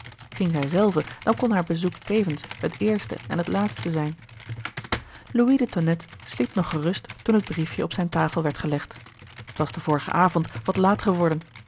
ging zij zelve dan kon haar bezoek tevens het eerste en het laatste zijn louis de tonnette sliep nog gerust toen het biefje op zijne tafel werd gelegd t was den vorigen avond wat laat geworden